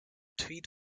tweed